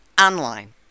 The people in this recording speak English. online